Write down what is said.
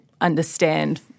understand